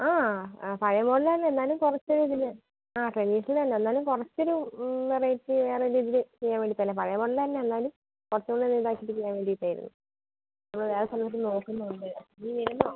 ആ പഴയപോലെത്തന്നെ എന്നാലും കുറച്ച് ഇതിൽ ആ ട്രഡീഷണലന്നെ എന്നാലും കുറച്ചൊരു വെറൈറ്റി ആവണ രീതീയിൽ ചെയ്യാൻ വേണ്ടി തന്നെ പഴയ മോഡല് തന്നെ എന്നാലും കുറച്ച് കൂടി ഇതാക്കീട്ട് ചെയ്യാൻ വേണ്ടീട്ടായിരുന്നു നമ്മൾവേറെ സ്ഥലത്തും നോക്കുന്നുണ്ട് നീ വരുന്നോ